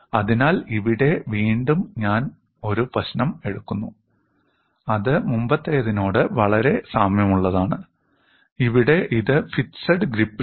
അതിനാൽ ഇവിടെ വീണ്ടും ഞാൻ ഒരു പ്രശ്നം എടുക്കുന്നു അത് മുമ്പത്തേതിനോട് വളരെ സാമ്യമുള്ളതാണ് ഇവിടെ ഇത് ഫിക്സഡ് ഗ്രിപ് ലാണ്